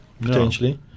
potentially